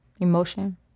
emotion